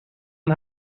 een